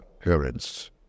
parents